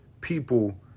people-